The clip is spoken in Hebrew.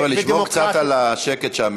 נא לשמור על השקט שם.